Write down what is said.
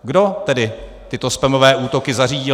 Kdo tedy tyto spamové útoky zařídil?